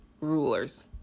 rulers